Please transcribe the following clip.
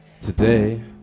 today